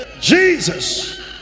Jesus